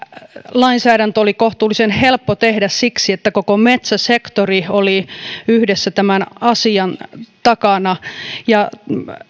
lainsäädäntö oli kohtuullisen helppo tehdä siksi että koko metsäsektori oli yhdessä tämän asian takana ja